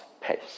pace